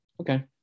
Okay